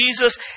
Jesus